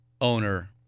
Owner